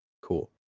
Cool